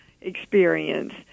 experience